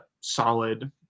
solid